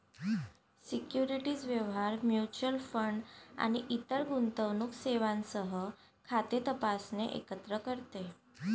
securities व्यवहार, mutual fund आणि इतर गुंतवणूक सेवांसह खाते तपासणे एकत्र करते